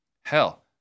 Hell